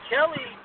Kelly